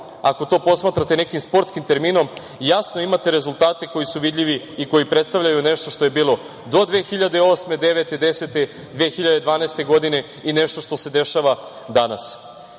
ako to posmatrate nekim sportskim terminom, jasno imate rezultate koji su vidljivi i koji predstavljaju nešto što je bilo do 2008, 2009, 2010, 2012. godine i nešto što se dešava danas. Zbog